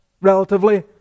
relatively